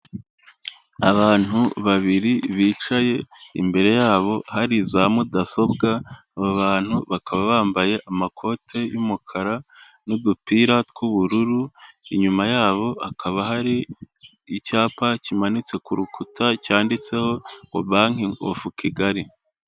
Abantu babiri bicaye, imbere yabo hari za mudasobwa aba bantu bakaba bambaye amakoti y'umukara n'udupira tw'ubururu inyuma yabo akaba hari icyapa kimanitse ku rukuta cyanditseho ngo banki ofu kigali.